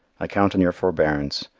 i count on your forbearance,